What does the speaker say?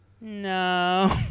no